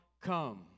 come